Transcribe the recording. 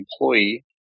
employee